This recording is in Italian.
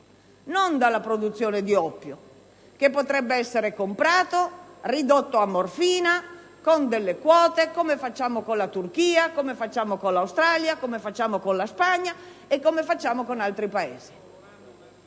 non dalla produzione di oppio, che potrebbe essere comprato, ridotto a morfina, con delle quote, come accade per la Turchia, l'Australia o la Spagna e altri Paesi